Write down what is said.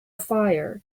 fire